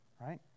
right